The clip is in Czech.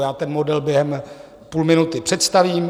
Já ten model během půlminuty představím.